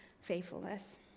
faithfulness